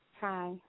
Hi